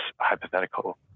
hypothetical